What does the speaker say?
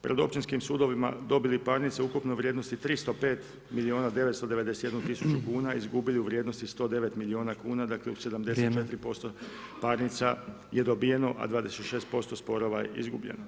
pred općinskim sudovima dobili parnice ukupno vrijednosti 305 milijuna 991 tisuću kuna, izgubili u vrijednosti 109 milijuna kuna [[Upadica Petrov: Vrijeme.]] dakle u 74% parnica je dobijemo, a 26% sporova je izgubljeno.